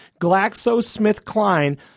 GlaxoSmithKline